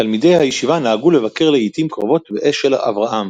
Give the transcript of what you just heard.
תלמידי הישיבה נהגו לבקר לעיתים קרובות באשל אברהם.